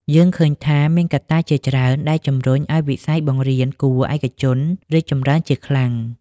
យើងឃើញថាមានកត្តាជាច្រើនដែលជំរុញឲ្យវិស័យបង្រៀនគួរឯកជនរីកចម្រើនជាខ្លាំង។